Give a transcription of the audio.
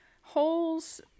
Holes